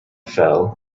fell